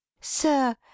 sir